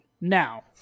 Now